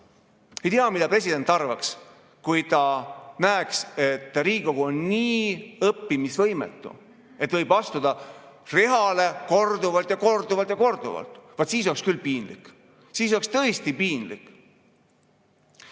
Ei tea, mida president arvaks, kui ta näeks, et Riigikogu on nii õppimisvõimetu, et võib astuda [samale] rehale korduvalt ja korduvalt. Vaat, siis oleks küll piinlik. Siis oleks tõesti piinlik.